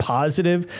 positive